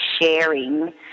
sharing